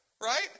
right